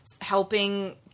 helping